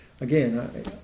again